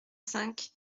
cinq